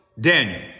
Daniel